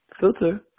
Filter